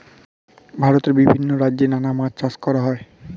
ভারতে বিভিন্ন রাজ্যে নানা মাছ চাষ করা হয়